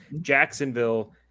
Jacksonville